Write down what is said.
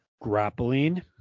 Grappling